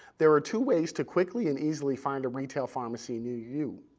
there are two ways to quickly and easily find a retail pharmacy near you.